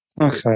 Okay